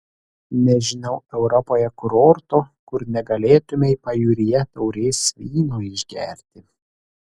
nežinau europoje kurorto kur negalėtumei pajūryje taurės vyno išgerti